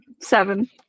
Seven